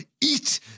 eat